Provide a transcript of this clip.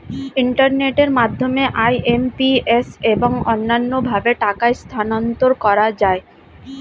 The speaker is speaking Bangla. ইন্টারনেটের মাধ্যমে আই.এম.পি.এস এবং অন্যান্য ভাবে টাকা স্থানান্তর করা যায়